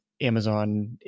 Amazon